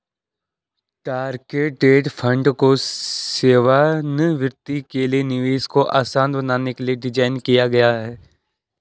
target date fund को सेवानिवृत्ति के लिए निवेश को आसान बनाने के लिए डिज़ाइन किया गया है